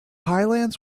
highlands